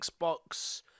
Xbox